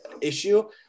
issue